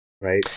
Right